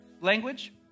language